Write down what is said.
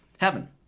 heaven